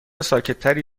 ساکتتری